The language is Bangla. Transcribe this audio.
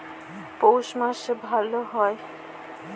পৌষ মাসে ভালো হয়?